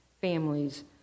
families